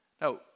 Now